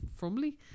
fromly